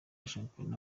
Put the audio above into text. shampiyona